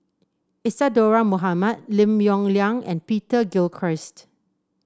Isadhora Mohamed Lim Yong Liang and Peter Gilchrist